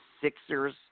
Sixers